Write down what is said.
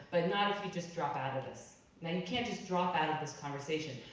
but not if you just drop out of this. now you can't just drop out of this conversation.